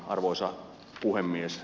arvoisa puhemies